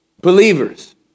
believers